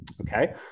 Okay